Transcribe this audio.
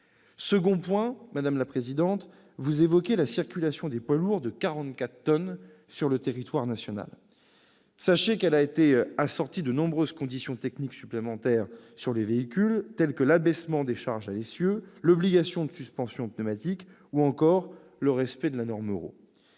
Second point : madame Assassi, vous évoquez la circulation des poids lourds de 44 tonnes sur le territoire national. Sachez que cette circulation a été assortie de nombreuses conditions techniques supplémentaires s'appliquant aux véhicules, telles que l'abaissement des charges à l'essieu, l'obligation des suspensions pneumatiques ou encore le respect de la norme Euro.